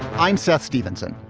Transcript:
i'm seth stevenson.